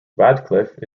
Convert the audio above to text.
radcliffe